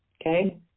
okay